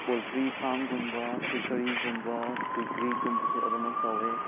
poultry ꯐꯥꯔꯃꯒꯨꯝꯕ ꯐꯤꯁꯔꯤꯒꯨꯝꯕ ꯄꯤꯒꯔꯤꯒꯨꯝꯕꯁꯨ ꯑꯗꯨꯃꯛ ꯇꯧꯋꯦ